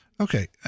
okay